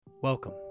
Welcome